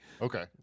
Okay